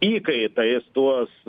įkaitais tuos